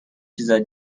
چیزای